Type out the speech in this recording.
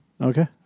Okay